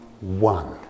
one